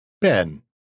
ben